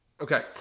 okay